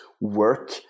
work